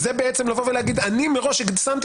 זה בעצם לבוא ולהגיד שאני מראש שמתי